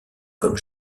comme